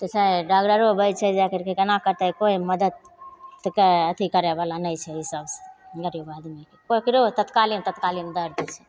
तऽ छै डॉकटरो वैद्य छै जा करिके कोना करतै कोइ मदति तऽ कै अथी करैवला नहि छै ईसब से गरीब आदमी ककरो तत्काले तत्कालेमे दरद होइ छै